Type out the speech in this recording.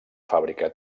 fàbrica